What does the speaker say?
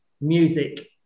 music